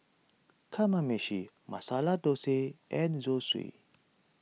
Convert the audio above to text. Kamameshi Masala Dosa and Zosui